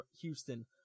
Houston